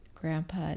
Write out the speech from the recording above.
grandpa